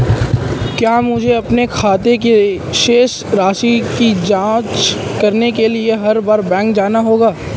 क्या मुझे अपने खाते की शेष राशि की जांच करने के लिए हर बार बैंक जाना होगा?